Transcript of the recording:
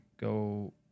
Go –